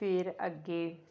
ਫਿਰ ਅੱਗੇ